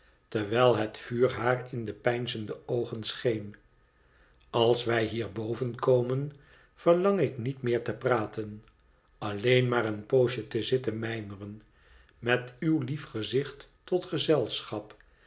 terwijl het vuur haar in de peinzende oogen scheen als wij hier boven komen verlang ik niet meer te praten alleen maar een poosje te zitten mijmeren met uw lief gezicht tot gezelschap